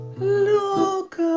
loca